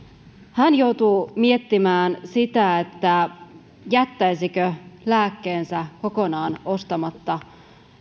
hän joutuu miettimään sitä jättäisikö lääkkeensä kokonaan ostamatta